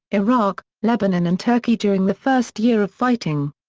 iraq, lebanon and turkey during the first year of fighting.